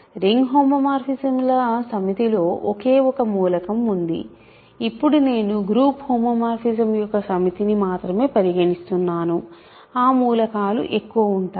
ring హోమోమార్ఫిజమ్ల సమితిలో ఒకే ఒక మూలకం ఉంది ఇప్పుడు నేను గ్రూప్ హోమోమార్ఫిజం యొక్క సమితిని మాత్రమే పరిగణిస్తున్నాను ఆ మూలకాలు ఎక్కువ ఉంటాయి